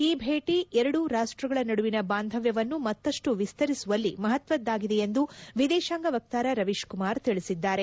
ಈ ಭೇಟಿ ಎರಡೂ ರಾಷ್ಷಗಳ ನಡುವಿನ ಬಾಂಧವ್ಯವನ್ನು ಮತ್ತಷ್ಟು ವಿಸ್ತರಿಸುವಲ್ಲಿ ಮಹತ್ವದ್ದಾಗಿದೆ ಎಂದು ವಿದೇಶಾಂಗ ವಕ್ತಾರ ರವೀಶ್ ಕುಮಾರ್ ತಿಳಿಸಿದ್ದಾರೆ